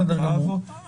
בסדר גמור.